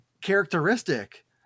characteristic